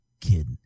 kid